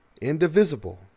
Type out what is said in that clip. indivisible